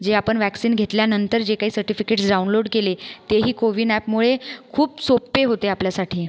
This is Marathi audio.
जे आपण वॅक्सिन घेतल्यानंतर जे काही सर्टिफिकेटस् डाऊनलोड केले ते ही कोविन ॲपमुळे खूप सोपे होते आपल्यासाठी